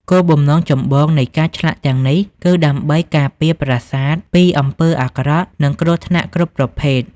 គោលបំណងចម្បងនៃការឆ្លាក់ទាំងនេះ គឺដើម្បីការពារប្រាសាទពីអំពើអាក្រក់ និងគ្រោះថ្នាក់គ្រប់ប្រភេទ។